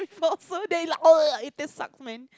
the four days lah the taste sucks man